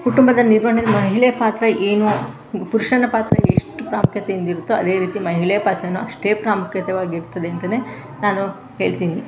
ಕುಟುಂಬದ ನಿರ್ವಣೆಯಲ್ಲಿ ಮಹಿಳೆ ಪಾತ್ರ ಏನು ಪುರಷನ ಪಾತ್ರ ಎಷ್ಟು ಪ್ರಾಮುಖ್ಯತೆಯಿಂದ ಇರುತ್ತೊ ಅದೇ ರೀತಿ ಮಹಿಳೆ ಪಾತ್ರವೂ ಅಷ್ಟೇ ಪ್ರಾಮುಖ್ಯತೆಯಾಗಿರ್ತದೆ ಅಂತಲೇ ನಾನು ಹೇಳ್ತೀನಿ